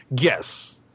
Yes